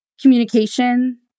communication